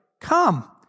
Come